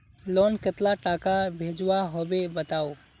Loan कतला टाका भेजुआ होबे बताउ?